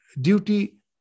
duty